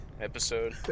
episode